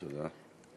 תודה.